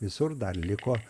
visur dar liko